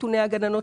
נתוני הגננות,